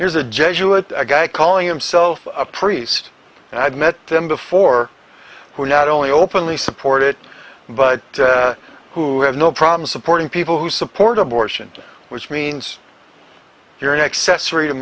here's a jesuit a guy calling himself a priest and i've met them before who not only openly support it but who have no problem supporting people who support abortion which means you're an accessory to